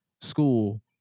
School